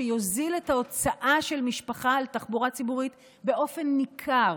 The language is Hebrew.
שיוריד את ההוצאה של משפחה על תחבורה ציבורית באופן ניכר,